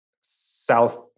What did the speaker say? South